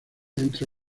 entre